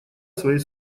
своей